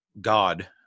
God